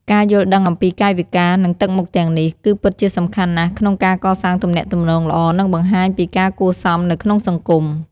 ការយល់ដឹងអំពីកាយវិការ និងទឹកមុខទាំងនេះ គឺពិតជាសំខាន់ណាស់ក្នុងការកសាងទំនាក់ទំនងល្អ និងបង្ហាញពីការគួរសមនៅក្នុងសង្គម។